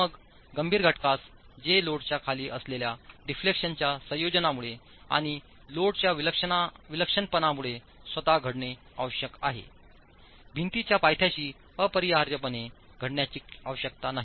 मग गंभीर घटकास जे लोडच्या खाली असलेल्या डिफ्लेक्शनच्या संयोजनामुळे आणि लोडच्या विलक्षणपणामुळे स्वतः घडणे आवश्यक आहे भिंतीच्या पायथ्याशी अपरिहार्यपणे घडण्याची आवश्यकता नाही